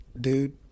dude